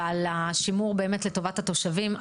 ועל השימור באמת לטובת התושבים.